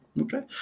Okay